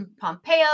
Pompeo